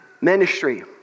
Ministry